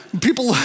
People